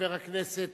חבר הכנסת